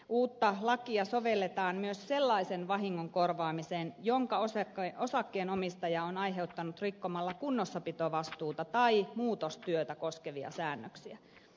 uutta lakia sovelletaan myös sellaisen vahingon korvaamiseen jonka osakkeenomistaja on aiheuttanut rikkomalla kunnossapitovastuuta tai muutostyötä koskevia säännöksiä